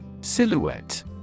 Silhouette